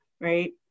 right